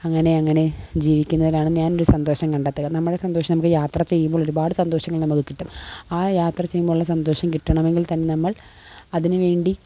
അങ്ങനെ അങ്ങനെ ജീവിക്കുന്നതിലാണ് ഞാനെൻ്റെ സന്തോഷം കണ്ടെത്തുക നമ്മുടെ സന്തോഷം നമ്മൾക്ക് യാത്ര ചെയ്യുമ്പോൾ ഒരുപാട് സന്തോഷങ്ങൾ നമുക്ക് കിട്ടും ആ യാത്ര ചെയ്യുമ്പം ഉള്ള സന്തോഷം കിട്ടണമെങ്കിൽ തന്നെ നമ്മൾ അതിന് വേണ്ടി